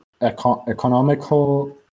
economical